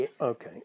Okay